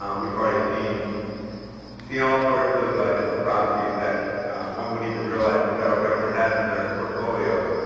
um we've probably seen seen all sorts of different properties that one wouldn't even realize the federal government has in their portfolio,